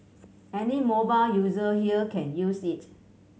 any mobile user here can use it